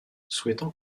souhaitant